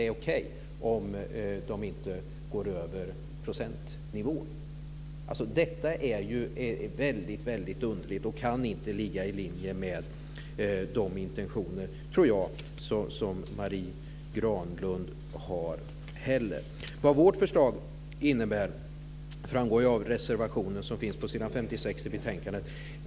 Då är det okej, om de inte går över procentnivån. Detta är ju väldigt underligt och kan inte heller, tror jag, ligga i linje med de intentioner som Marie Granlund har. Vad vårt förslag innebär framgår av reservationen som finns på s. 56 i betänkandet.